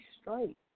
straight